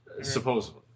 Supposedly